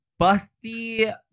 busty